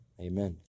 amen